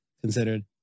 considered